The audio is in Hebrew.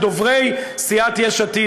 את דוברי סיעת יש עתיד,